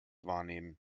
wahrnehmen